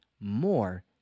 more